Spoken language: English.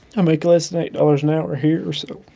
um make less than eight dollars an hour here, so.